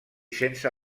sense